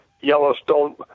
Yellowstone